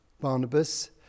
Barnabas